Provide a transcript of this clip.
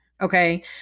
okay